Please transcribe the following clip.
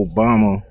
Obama